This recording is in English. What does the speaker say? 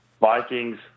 Vikings